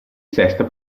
sesta